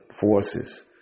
forces